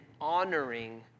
honoring